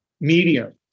medium